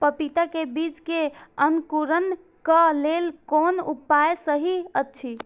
पपीता के बीज के अंकुरन क लेल कोन उपाय सहि अछि?